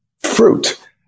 Fruit